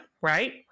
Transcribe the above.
right